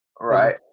Right